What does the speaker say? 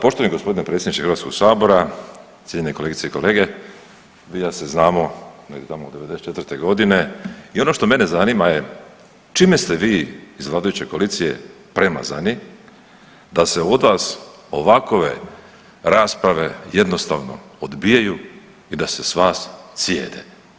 Poštovani gospodine predsjedniče Hrvatskog sabora, cijenjeni kolegice i kolege, vi i ja se znamo negdje tamo od '94. godine i ono što mene zanima je čime ste vi iz vladajuće koalicije premazani da se od vas ovakve rasprave jednostavno odbijaju i da se s vas cijede.